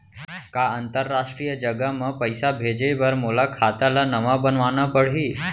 का अंतरराष्ट्रीय जगह म पइसा भेजे बर मोला खाता ल नवा बनवाना पड़ही?